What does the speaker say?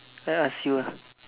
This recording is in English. I ask you ah